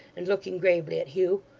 and looking gravely at hugh,